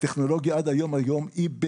הטכנולוגיה עד היום היא בצבא,